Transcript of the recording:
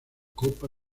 copa